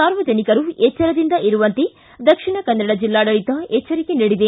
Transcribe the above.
ಸಾರ್ವಜನಿಕರು ಎಚ್ಚರದಿಂದ ಇರುವಂತೆ ದಕ್ಷಿಣ ಕನ್ನಡ ಜಿಲ್ಲಾಡಳಿತ ಎಚ್ಚರಿಕೆ ನೀಡಿದೆ